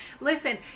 listen